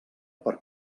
per